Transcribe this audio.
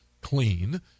clean